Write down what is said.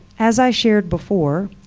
as i shared before,